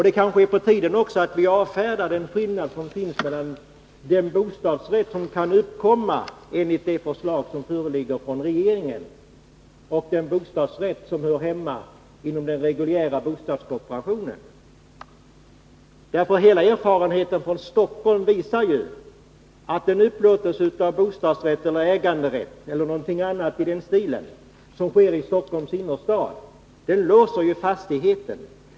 Det kanske också är på tiden att avfärda den skillnad som finns mellan den bostadsrätt som kan uppkomma enligt det förslag som föreligger från regeringen och den bostadsrätt som hör hemma inom den reguljära bostadskooperationen. Hela erfarenheten från Stockholm visar ju att en upplåtelse med bostadsrätt eller äganderätt eller någonting liknande — som vi har i Stockholms innerstad — låser fastigheterna.